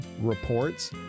reports